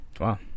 Wow